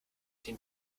den